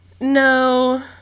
No